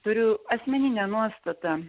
turiu asmeninę nuostatą